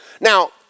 Now